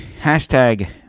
hashtag